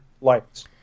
lights